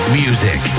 music